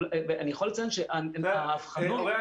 אני יכול לציין שהבחנות שקשורות לזה --- אוריין,